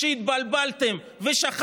זה היה